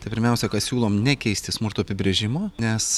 tai pirmiausia siūlom nekeisti smurto apibrėžimo nes